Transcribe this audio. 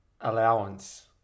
Allowance